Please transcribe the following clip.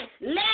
Let